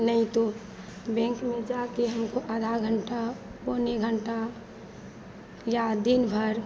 नहीं तो बैंक में जाकर हमको आधा घंटा पौना घंटा या दिनभर